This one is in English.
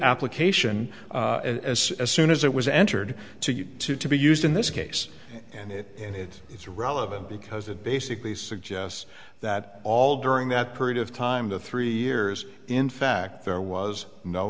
application as soon as it was entered to to be used in this case and it and it's it's relevant because it basically suggests that all during that period of time to three years in fact there was no